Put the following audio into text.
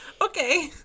Okay